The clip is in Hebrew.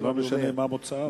לא משנה מה מוצאם.